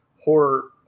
horror